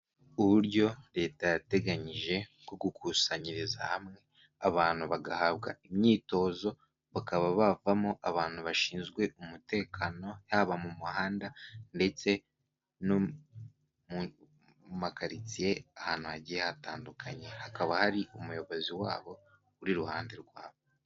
Uburyo leta yateganyije bwo gukusanyiriza hamwe abantu bagahabwa imyitozo bakaba bavamo abantu bashinzwe umutekano haba mu muhanda ndetse no mu makaritsiye ahantu hagiye hatandukanye, hakaba hari umuyobozi wabo uri iruhande rwabo.